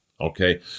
okay